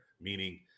meaning